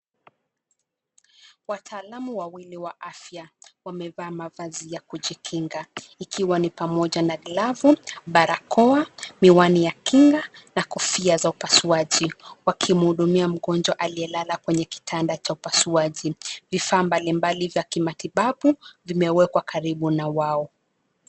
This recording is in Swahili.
Wataalamu wawili wa afya, wamevaa mavazi ya kujikinga, ikiwa ni pamoja na glavu, barakoa, miwani ya kinga na kofia za upasuaji, wakimhudumia mgonjwa aliyelala kwenye kitanda cha upasuaji. Vfaa mbalimbali vya kimatibabu, vimewekwa karibu na wao.